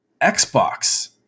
Xbox